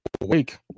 awake